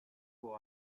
pour